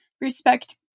respect